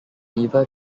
neither